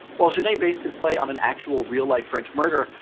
while genet based his play on an actual real-life french murder,